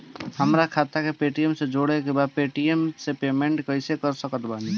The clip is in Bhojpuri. हमार खाता के पेटीएम से जोड़ के पेटीएम से पेमेंट कइसे कर सकत बानी?